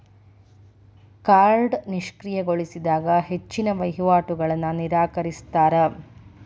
ಕಾರ್ಡ್ನ ನಿಷ್ಕ್ರಿಯಗೊಳಿಸಿದಾಗ ಹೆಚ್ಚಿನ್ ವಹಿವಾಟುಗಳನ್ನ ನಿರಾಕರಿಸ್ತಾರಾ